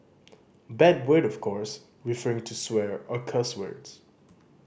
bad word of course referring to swear or cuss words